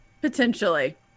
Potentially